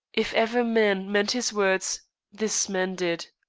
if ever man meant his words this man did.